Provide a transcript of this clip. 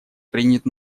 принят